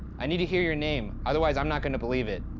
i need to hear your name, otherwise i'm not gonna believe it.